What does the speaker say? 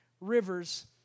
rivers